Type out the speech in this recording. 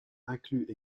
incluent